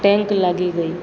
tank લાગી ગઈ